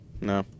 no